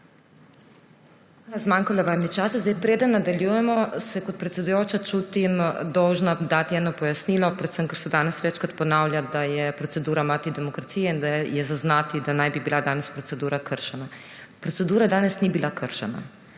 Hvala.Zmanjkalo vam je časa. Preden nadaljujemo, se kot predsedujoča čutim dolžna dati eno pojasnilo, predvsem ker se danes večkrat ponavlja, da je procedura mati demokracije in da je zaznati, da naj bi bila danes procedura kršena. Procedura danes ni bila kršena.